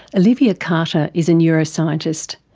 olivia carter is a neuroscientist.